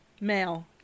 Male